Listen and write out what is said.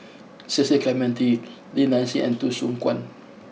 Cecil Clementi Li Nanxing and Tan Soo Khoon